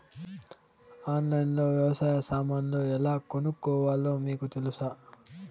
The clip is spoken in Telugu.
ఆన్లైన్లో లో వ్యవసాయ సామాన్లు ఎలా కొనుక్కోవాలో మీకు తెలుసా?